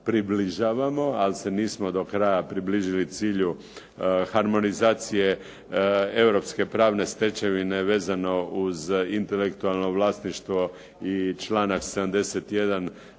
približavamo, ali se nismo do kraja približili cilju harmonizacije europske pravne stečevine vezano uz intelektualno vlasništvo i članak 71.